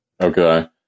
Okay